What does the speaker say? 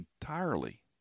entirely